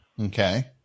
Okay